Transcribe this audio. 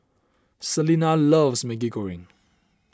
Celena loves Maggi Goreng